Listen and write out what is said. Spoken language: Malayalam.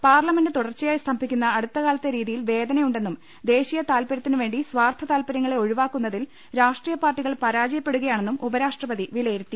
പാർലമെന്റ് തുടർച്ചയായി സ്തംഭിക്കുന്ന അടുത്ത കാലത്തെ രീതിയിൽ വേദനയുണ്ടെന്നും ദേശീയ താൽപ രൃത്തിനുവേണ്ടി സ്ഥാർത്ഥ താൽപരൃങ്ങളെ ഒഴിവാക്കു ന്നതിൽ രാഷ്ട്രീയപാർട്ടികൾ പരാജയപ്പെടുകയാണെന്ന് ഉപരാഷ്ട്രപ്തി വിലയിരുത്തി